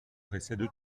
précède